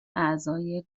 اعضای